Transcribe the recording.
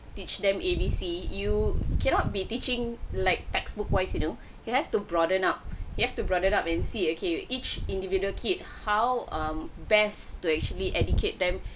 teach them A B C you cannot be teaching like textbook wise you know you have to broaden up you have to broaden up and see okay each individual kid how um best to actually educate them